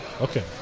Okay